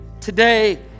today